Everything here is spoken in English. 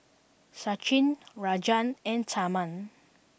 Sachin Rajan and Tharman